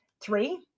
Three